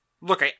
Look